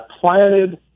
planted